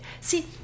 see